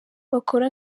bakora